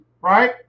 right